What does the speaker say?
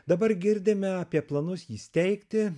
dabar girdime apie planus jį steigti